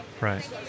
right